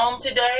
today